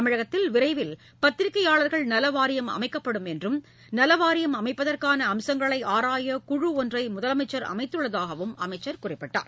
தமிழகத்தில் விரைவில் பத்திரிக்கையாளர்கள் நலவாரியம் அமைக்கப்படும் என்றும் நலவாரியம் அமைப்பதற்கான அம்சங்களை ஆராய குழு ஒன்றை முதலமைச்சர் அமைத்துள்ளதாகவும் அமைச்சர் குறிப்பிட்டார்